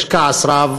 יש כעס רב